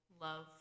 love